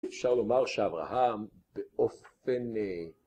אפשר לומר שאברהם באופן